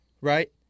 right